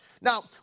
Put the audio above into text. Now